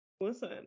Listen